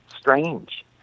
strange